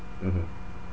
mmhmm